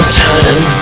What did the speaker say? time